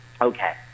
Okay